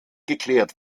geklärt